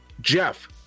Jeff